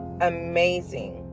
amazing